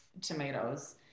tomatoes